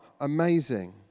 amazing